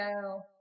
go